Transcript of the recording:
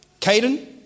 Caden